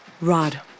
Rod